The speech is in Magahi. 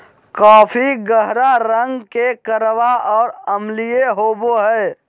कॉफी गहरा रंग के कड़वा और अम्लीय होबो हइ